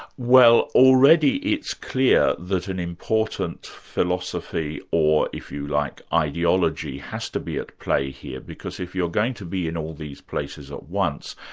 well already it's clear that an important philosophy or if you like, ideology, has to be at play here, because if you're going to be in all these places at once,